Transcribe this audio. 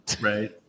Right